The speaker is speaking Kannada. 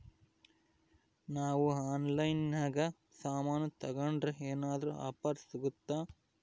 ನಾವು ಆನ್ಲೈನಿನಾಗ ಸಾಮಾನು ತಗಂಡ್ರ ಏನಾದ್ರೂ ಆಫರ್ ಸಿಗುತ್ತಾ?